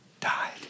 died